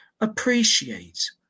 appreciate